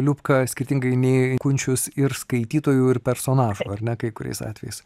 liubka skirtingai nei kunčius ir skaitytojų ir personažų ar ne kai kuriais atvejais